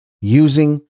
using